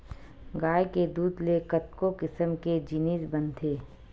गाय के दूद ले कतको किसम के जिनिस बनथे